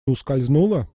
ускользнуло